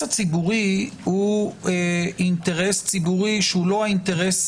הציבורי הוא אינטרס ציבורי שהוא לא האינטרס,